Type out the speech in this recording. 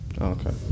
Okay